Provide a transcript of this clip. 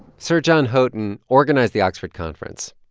sir john houghton organized the oxford conference.